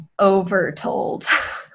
overtold